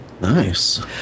Nice